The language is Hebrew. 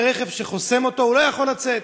של חבר הכנסת מיכאל מלכיאלי וקבוצת חברי הכנסת.